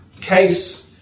Case